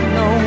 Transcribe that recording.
no